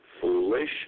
foolish